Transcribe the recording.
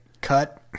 Cut